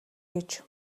гэж